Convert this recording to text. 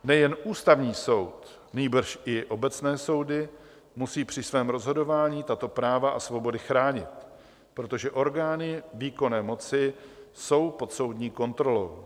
Nejen Ústavní soud, nýbrž i obecné soudy musí při svém rozhodování tato práva a svobody chránit, protože orgány výkonné moci jsou pod soudní kontrolou.